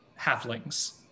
halflings